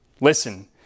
Listen